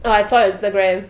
oh I saw your Instagram